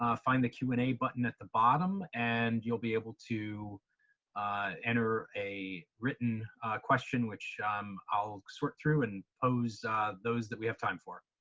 ah find the q and a button at the bottom and you'll be able enter enter a written question which um i'll sort through and pose those that we have time for.